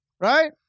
Right